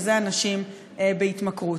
ואלה אנשים בהתמכרות.